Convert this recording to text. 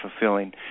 fulfilling